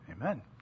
Amen